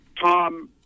Tom